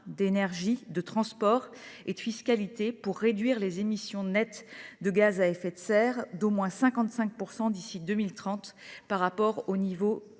d’énergie, de transport et de fiscalité, pour réduire les émissions nettes de gaz à effet de serre d’au moins 55 % d’ici à 2030 par rapport aux niveaux